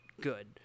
good